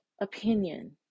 opinion